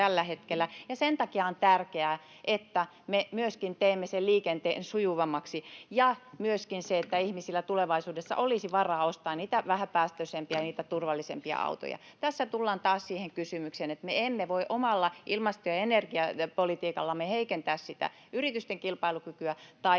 sen takia on tärkeää, että me teemme sen liikenteen sujuvammaksi, ja myöskin se, että ihmisillä tulevaisuudessa olisi varaa ostaa niitä vähäpäästöisempiä ja turvallisempia autoja. Tässä tullaan taas siihen kysymykseen, että me emme voi omalla ilmasto- ja energiapolitiikallamme heikentää yritysten kilpailukykyä taikka